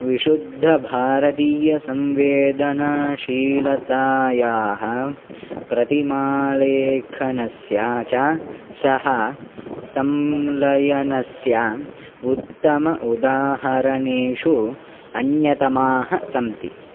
विशुद्धभारतीयसंवेदनाशीलतायाः प्रतिमालेखनस्य च सः संलयनस्य उत्तम उदाहरणेषु अन्यतमाः सन्ति